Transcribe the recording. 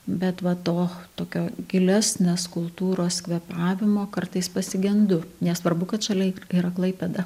bet va to tokio gilesnės kultūros kvėpavimo kartais pasigendu nesvarbu kad šalia yra klaipėda